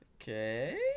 Okay